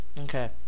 Okay